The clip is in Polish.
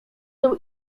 dół